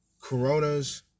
Coronas